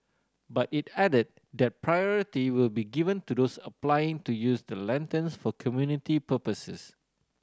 but it added that priority will be given to those applying to use the lanterns for community purposes